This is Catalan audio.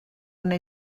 una